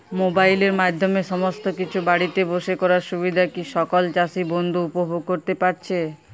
মোবাইলের মাধ্যমে সমস্ত কিছু বাড়িতে বসে করার সুবিধা কি সকল চাষী বন্ধু উপভোগ করতে পারছে?